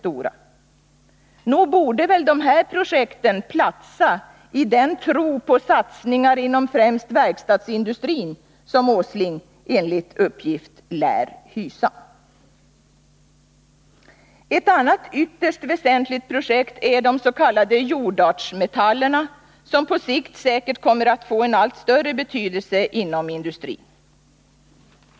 Nog borde väl de här projekten platsa i den tro på satsningar inom främst verkstadsindustrin som herr Åsling enligt uppgift hyser. Ett annat ytterst väsentligt projekt gäller de s.k. jordartsmetallerna, som på sikt säkert kommer att få en allt större betydelse inom industrin.